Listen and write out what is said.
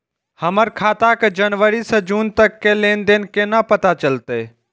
हमर खाता के जनवरी से जून तक के लेन देन केना पता चलते?